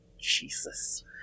Jesus